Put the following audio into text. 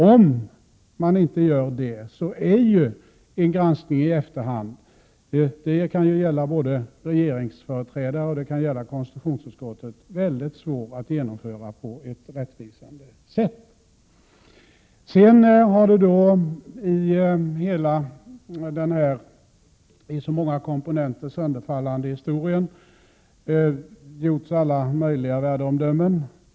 Om man inte gör detta, är granskning i efterhand — det kan gälla för både regeringsföreträdare och konstitutionsutskottet — väldigt svår att genomföra på ett rättvisande sätt. I hela den här i så många komponenter sönderfallande historien har gjorts alla möjliga värdeomdömen.